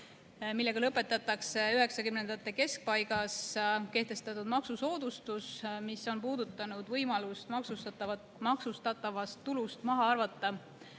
millega lõpetatakse üheksakümnendate keskpaigas kehtestatud maksusoodustus, mis on puudutanud võimalust maksustatavast tulust maha arvata